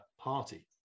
party